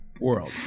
world